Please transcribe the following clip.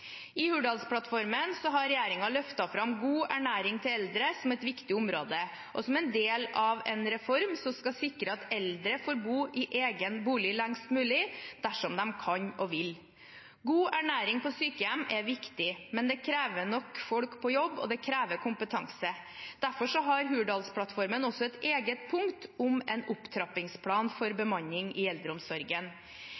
i tiden framover. I Hurdalsplattformen har regjeringen løftet fram god ernæring til eldre som et viktig område og som en del av en reform som skal sikre at eldre får bo i egen bolig lengst mulig dersom de kan og vil. God ernæring på sykehjem er viktig, men det krever nok folk på jobb, og det krever kompetanse. Derfor har Hurdalsplattformen også et eget punkt om en opptrappingsplan for